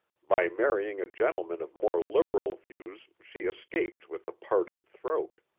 by marrying a gentleman of more liberal views she escaped with a parted throat.